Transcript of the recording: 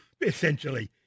essentially